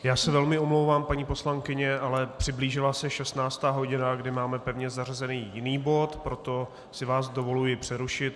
Já se velmi omlouvám, paní poslankyně, ale přiblížila se 16. hodina, kdy máme pevně zařazený jiný bod, proto si vás dovoluji přerušit.